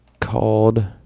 called